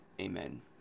Amen